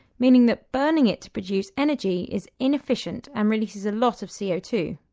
meaning that burning it to produce energy is inefficient and releases a lot of c o two.